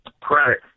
credit